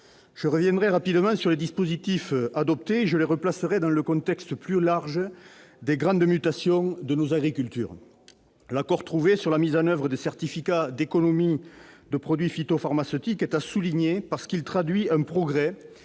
Je reviendrai rapidement sur les dispositifs adoptés, en les replaçant dans le contexte plus large des grandes mutations de nos agricultures. L'accord trouvé sur la mise en oeuvre des certificats d'économie de produits phytopharmaceutiques est à souligner, parce qu'il traduit un progrès,